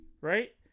right